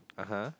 (uh huh)